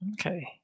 Okay